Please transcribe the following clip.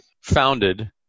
founded